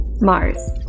Mars